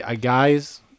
guys